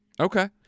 Okay